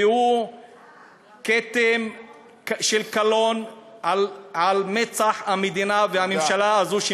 והוא כתם של קלון על מצח המדינה והממשלה הזאת,